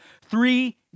Three